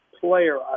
player